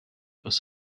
was